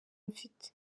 mfite